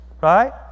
Right